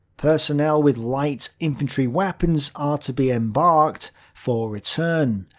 personnel with light infantry weapons are to be embarked for return.